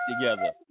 together